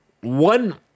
one